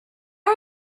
are